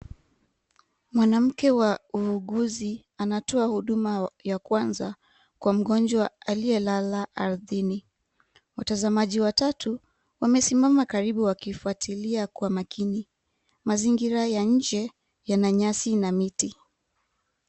Mwanamke wa wauguzi, anatoa huduma ya kwanza kwa mgonjwa aliyelala ardhini. Watazamaji watatu wamesimama karibu wakifuatilia kwa makini. Mazingira ya nje yana nyasi na miti.